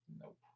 Nope